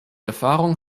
erfahrung